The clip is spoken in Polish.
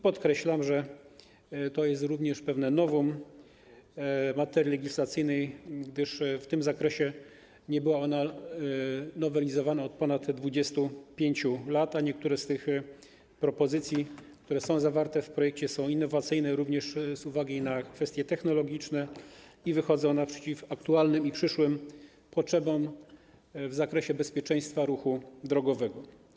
Podkreślam, że to jest również pewne novum materii legislacyjnej, gdyż w tym zakresie nie była ona nowelizowana od ponad 25 lat, a niektóre z propozycji zawartych w projekcie są innowacyjne również z uwagi na kwestie technologiczne i wychodzą naprzeciw aktualnym i przyszłym potrzebom w zakresie bezpieczeństwa ruchu drogowego.